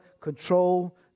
control